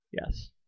Yes